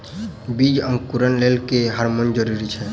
बीज अंकुरण लेल केँ हार्मोन जरूरी छै?